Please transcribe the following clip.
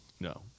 No